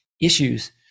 issues